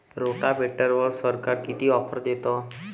रोटावेटरवर सरकार किती ऑफर देतं?